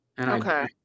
Okay